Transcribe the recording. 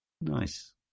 nice